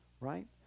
Right